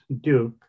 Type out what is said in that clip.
Duke